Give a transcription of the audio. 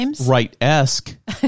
Right-esque